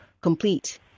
Complete